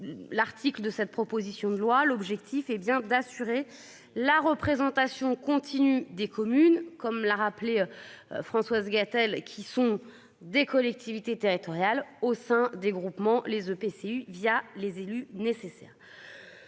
L'article de cette proposition de loi, l'objectif est bien d'assurer la représentation continue des communes comme l'a rappelé. Françoise Gatel qui sont des collectivités territoriales au sein des groupements les EPCI via les élus nécessaires.